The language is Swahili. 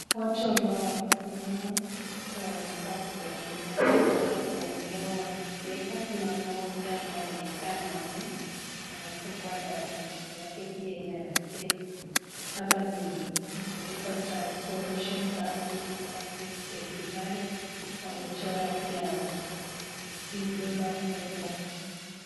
Watu ambao wamesimama wanakaa kujadiliana, wanakaa kuongea wakicheka, kuna mmoja ambaye anakaa mama anafungua tarakilishi pia yeye anacheka. Hapa pameandikwa transformation public service deliverly wamechora pia Huduma Center.